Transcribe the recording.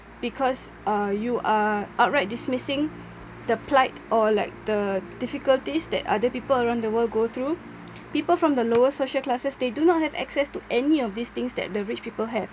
because uh you are outright dismissing the plight or like the difficulties that other people around the world go through people from the lower social classes they did not have access to any of these things that the rich people have